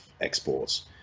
exports